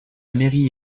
mairie